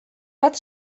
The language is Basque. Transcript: bat